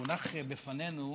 הונח בפנינו,